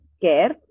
Care